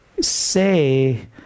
say